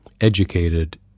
educated